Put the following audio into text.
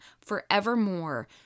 forevermore